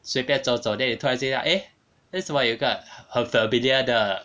随便走走 then 你突然间 eh 为什么有一个很 familiar 的